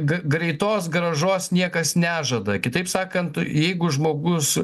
g greitos grąžos niekas nežada kitaip sakant jeigu žmogus